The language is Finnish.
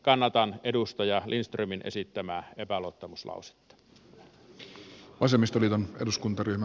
kannatan edustaja lindströmin esittämää epäluottamuslausetta